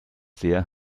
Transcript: sehr